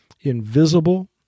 invisible